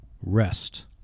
Rest